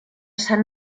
sant